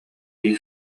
дии